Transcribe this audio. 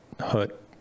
Hut